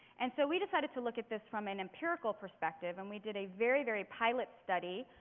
and so we decided to look at this from an empirical perspective, and we did a very, very pilot study.